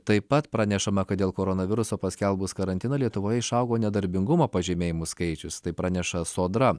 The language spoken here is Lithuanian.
taip pat pranešama kad dėl koronaviruso paskelbus karantiną lietuvoje išaugo nedarbingumo pažymėjimų skaičius tai praneša sodra